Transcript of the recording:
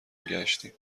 گشتیم